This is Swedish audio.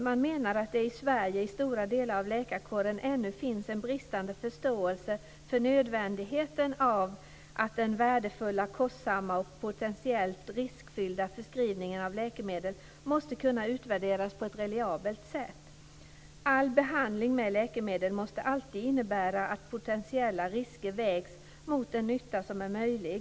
Man menade att det i Sverige i stora delar av läkarkåren ännu finns en bristande förståelse för nödvändigheten av att den värdefulla, kostsamma och potentiellt riskfyllda förskrivningen av läkemedel måste kunna utvärderas på ett reliabelt sätt. All behandling med läkemedel måste alltid innebära att potentiella risker vägs mot den nytta som är möjlig.